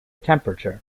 temperature